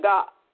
God